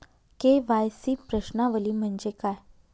KYC प्रश्नावली म्हणजे काय?